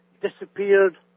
disappeared